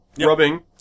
rubbing